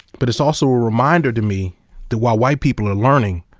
but it's also a reminder to me that while white people are learning,